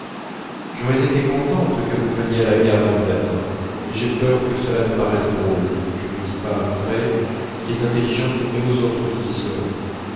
j'aurais été contente que vous veniez à la gare demain matin mais j'ai peur que cela ne paraisse drôle je ne dis pas à andrée qui est intelligente mais aux autres qui y seront